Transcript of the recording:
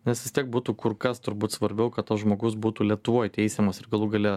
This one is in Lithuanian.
nes vis tiek būtų kur kas turbūt svarbiau kad tas žmogus būtų lietuvoj teisiamas ir galų gale